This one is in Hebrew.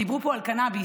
דיברו פה על קנביס,